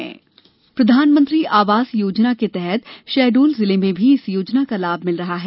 PM आवास प्रधानमंत्री आवास योजना के तहत शहडोल जिले में भी इस योजना का लाभ मिल रहा है